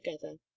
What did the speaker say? together